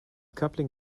coupling